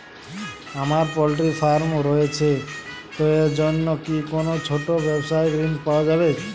আমার poultry farm রয়েছে তো এর জন্য কি কোনো ছোটো ব্যাবসায়িক ঋণ পাওয়া যাবে?